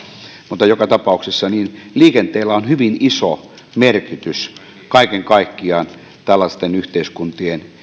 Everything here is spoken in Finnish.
mutta joka tapauksessa liikenteellä on hyvin iso merkitys kaiken kaikkiaan tällaisten yhteiskuntien